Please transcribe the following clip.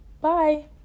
Bye